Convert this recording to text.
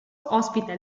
ospita